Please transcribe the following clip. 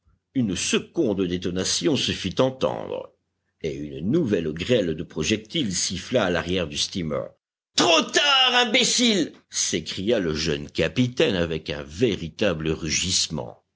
une seconde détonation se fit entendre et une nouvelle grêle de projectiles siffla à l'arrière du steamer trop tard imbéciles s'écria le jeune capitaine avec un véritable rugissement